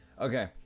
Okay